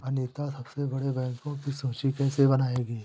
अनीता सबसे बड़े बैंकों की सूची कैसे बनायेगी?